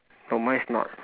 no mine is not